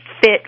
Fit